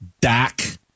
Dak